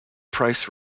price